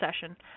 session